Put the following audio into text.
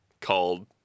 called